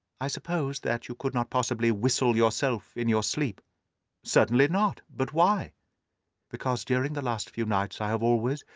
i suppose that you could not possibly whistle, yourself, in your sleep certainly not. but why because during the last few nights i have always,